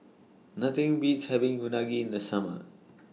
Nothing Beats having Unagi in The Summer